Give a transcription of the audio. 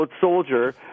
soldier